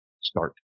start